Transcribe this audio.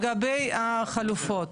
לגבי החלופות,